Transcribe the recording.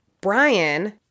Brian